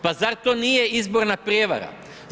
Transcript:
Pa zar to nije izborna prijevara?